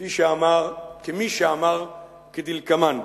כמי שאמר כדלקמן: